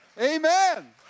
Amen